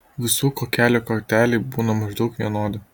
visų kuokelių koteliai būna maždaug vienodi